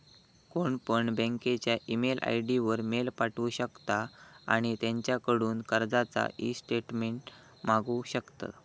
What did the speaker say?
कोणपण बँकेच्या email ID वर मेल पाठवु शकता आणि त्यांच्याकडून कर्जाचा ईस्टेटमेंट मागवु शकता